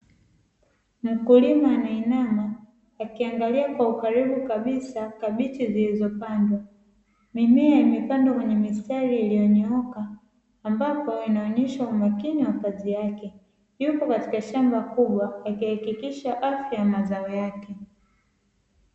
Mkulima anainama akiangalia kwa ukaribu kabisa kabichi zilizopandwa, mimea imepandwa kwenye mistari iliyonyooka ambapo inaonyesha umakina wa kazi yake, yupo katika shamba kubwa aki hakikisha afya ya mazao yake.